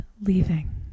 leaving